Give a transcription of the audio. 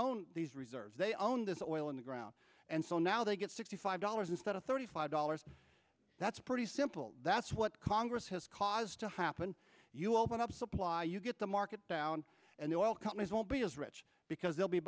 own these reserves they own this oil in the ground and so now they get sixty five dollars instead of thirty five dollars that's pretty simple that's what congress has caused to happen you open up supply you get the market down and the oil companies won't be as rich because they'll be